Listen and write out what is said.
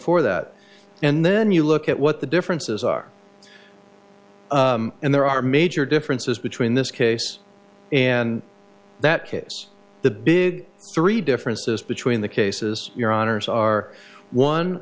for that and then you look at what the differences are and there are major differences between this case and that case the big three differences between the cases your honour's are one